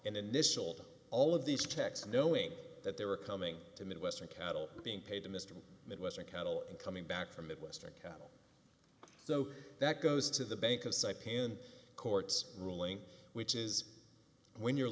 initial all of these checks knowing that they were coming to midwestern cattle being paid to mr midwestern cattle and coming back from midwestern cattle so that goes to the bank of site pan court's ruling which is when you're